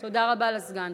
תודה רבה לסגן.